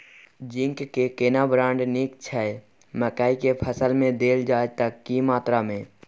Zinc के केना brand नीक छैय मकई के फसल में देल जाए त की मात्रा में?